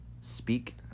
Speak